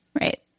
Right